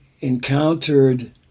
encountered